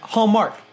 Hallmark